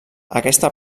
aquesta